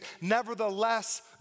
nevertheless